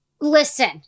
Listen